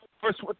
first